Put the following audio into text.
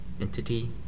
Entity